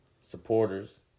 Supporters